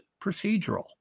procedural